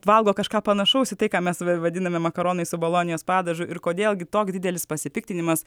valgo kažką panašaus į tai ką mes vadiname makaronais su bolonijos padažu ir kodėl gi toks didelis pasipiktinimas